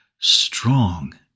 strong